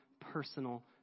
personal